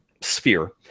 sphere